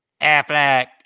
Affleck